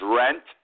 rent